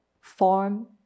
form